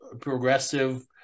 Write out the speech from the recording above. progressive